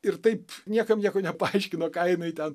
ir taip niekam nieko nepaaiškino ką jinai ten